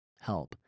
help